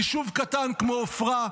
יישוב קטן כמו עפרה,